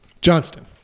Johnston